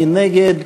מי נגד?